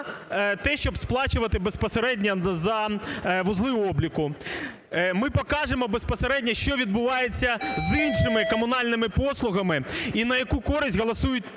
те, щоб сплачувати безпосередньо за вузли обліку, ми покажемо безпосередньо, що відбувається з іншими комунальними послугами і на яку користь голосують